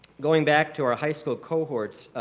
going back to our high school cohorts,